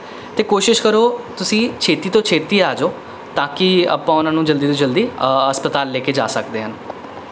ਅਤੇ ਕੋਸ਼ਿਸ਼ ਕਰੋ ਤੁਸੀਂ ਛੇਤੀ ਤੋਂ ਛੇਤੀ ਆ ਜਾਉ ਤਾਂ ਕਿ ਆਪਾਂ ਉਹਨਾਂ ਨੂੰ ਜਲਦੀ ਤੋਂ ਜਲਦੀ ਹਸਪਤਾਲ ਲੈ ਕੇ ਜਾ ਸਕਦੇ ਹਨ